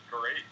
great